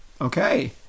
Okay